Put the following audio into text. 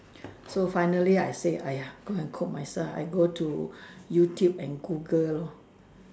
so finally I say !aiya! go and cook myself I go to YouTube and Google lor